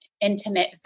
intimate